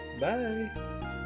Bye